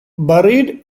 buried